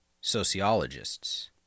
sociologists